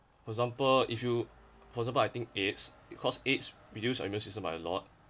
for example if you for example I think AIDS because AIDS reduce immune system a lot